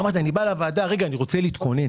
אמרתי שאני בא לוועדה ואני רוצה להתכונן.